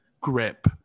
grip